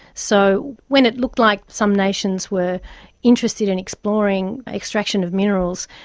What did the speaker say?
so when it looked like some nations were interested in exploring extraction of minerals,